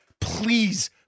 please